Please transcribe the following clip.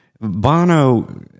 Bono